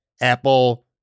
Apple